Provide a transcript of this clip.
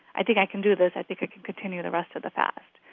i think i can do this. i think i can continue the rest of the fast.